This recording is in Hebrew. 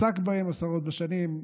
עסק בהם עשרות בשנים,